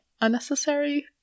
unnecessary